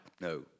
no